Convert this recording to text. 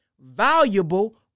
valuable